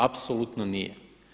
Apsolutno nije.